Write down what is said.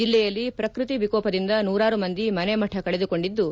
ಜಲ್ಲೆಯಲ್ಲಿ ಶ್ರಕೃತಿ ವಿಕೋಪದಿಂದ ನೂರಾರು ಮಂದಿ ಮನೆ ಮತ ಕಳೆದುಕೊಂಡಿದ್ದು